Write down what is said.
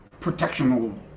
protectional